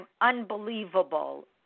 unbelievable